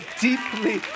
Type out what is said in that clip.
deeply